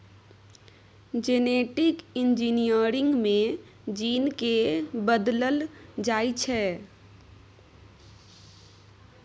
genetic engineering मे gene केँ बदलल जाइ छै